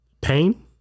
Pain